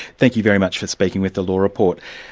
thank you very much for speaking with the law report.